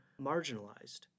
marginalized